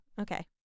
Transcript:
Okay